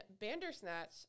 Bandersnatch